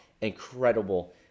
incredible